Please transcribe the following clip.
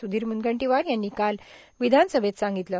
सुधीर मुनगंदीवार यांनी काल विधान सभेत सांगितलं